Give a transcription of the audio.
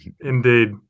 Indeed